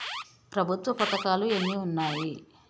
ప్రభుత్వ పథకాలు ఎన్ని ఉన్నాయి?